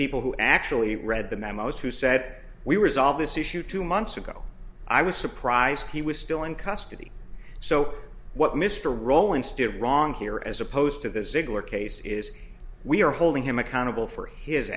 people who actually read the memos who said we were solve this issue two months ago i was surprised he was still in custody so what mr rowland's did wrong here as opposed to this ziggler case is we are holding him accountable for his